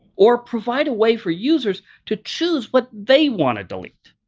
or provide a way for users to choose what they want to delete.